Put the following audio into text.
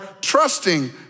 trusting